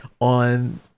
on